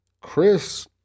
chris